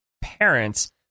parents